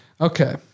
Okay